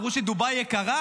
אמרו שדובאי יקרה,